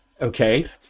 okay